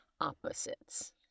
opposites